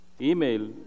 email